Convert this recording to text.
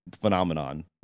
Phenomenon